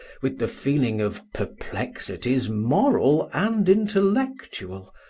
with the feeling of perplexities, moral and intellectual,